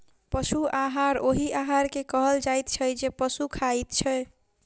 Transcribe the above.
पशु आहार ओहि आहार के कहल जाइत छै जे पशु खाइत छै